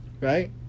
right